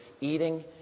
eating